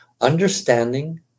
understanding